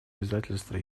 обязательства